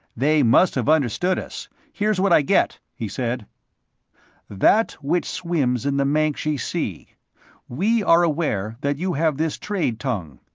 they must have understood us, here's what i get, he said that which swims in the mancji sea we are aware that you have this trade tongue.